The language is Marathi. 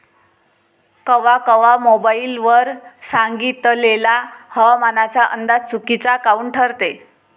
कवा कवा मोबाईल वर सांगितलेला हवामानाचा अंदाज चुकीचा काऊन ठरते?